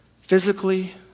physically